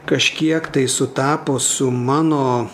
kažkiek tai sutapo su mano